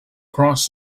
cross